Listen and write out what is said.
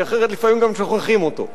כי אחרת לפעמים גם שוכחים אותו.